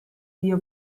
dio